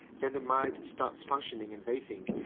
then the mind starts functioning and they think,